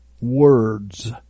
words